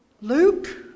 Luke